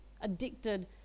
addicted